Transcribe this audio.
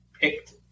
picked